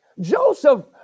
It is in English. Joseph